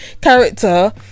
character